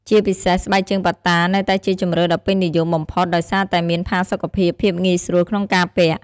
ជាពិសេស ស្បែកជើងប៉ាតានៅតែជាជម្រើសដ៏ពេញនិយមបំផុតដោយសារតែមានផាសុកភាព ភាពងាយស្រួលក្នុងការពាក់។